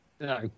No